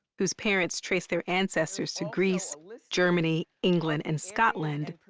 whose parents trace their ancestors to greece, germany, england, and scotland,